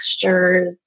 textures